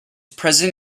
present